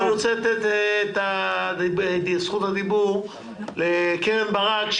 אני רוצה לתת את זכות הדיבור לקרן ברק,